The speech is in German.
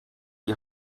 die